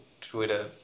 Twitter